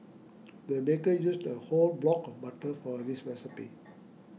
the baker used a whole block of butter for this recipe